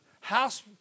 house